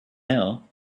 ill